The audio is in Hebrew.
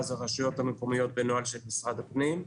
הן הרשויות המקומיות בנוהל של משרד הפנים.